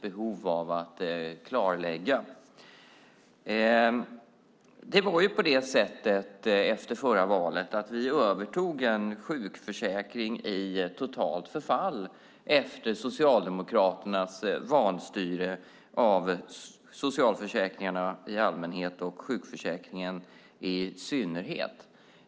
Efter förra valet övertog vi en sjukförsäkring i totalt förfall, efter Socialdemokraternas vanstyre av socialförsäkringarna i allmänhet och sjukförsäkringen i synnerhet.